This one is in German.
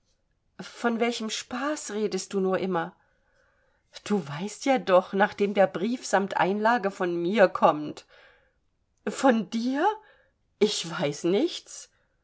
von welchem spaß redest du nur immer du weißt ja doch nachdem der brief samt einlage von mir kommt von dir ich weiß nichts